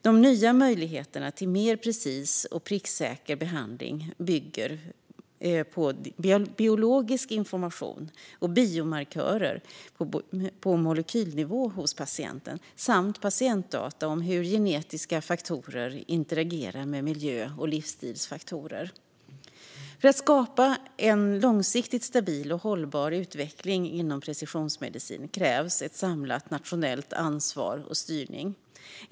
De nya möjligheterna till mer precis och pricksäker behandling bygger på biologisk information och biomarkörer på molekylnivå hos patienten samt patientdata om hur genetiska faktorer interagerar med miljö och livsstilsfaktorer. För att skapa en långsiktigt stabil och hållbar utveckling inom precisionsmedicin krävs ett samlat nationellt ansvar och styrning.